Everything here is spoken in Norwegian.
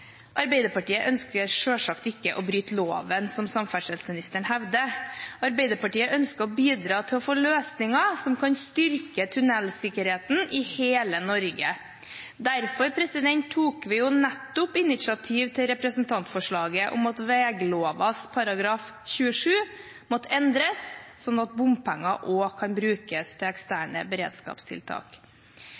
Arbeiderpartiet ønsker selvsagt ikke å bryte loven, slik samferdselsministeren hevder. Arbeiderpartiet ønsker å bidra til å få løsninger som kan styrke tunellsikkerheten i hele Norge. Nettopp derfor tok vi jo initiativ til representantforslaget om at vegloven § 27 måtte endres, slik at bompenger òg kan brukes til eksterne beredskapstiltak.